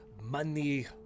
money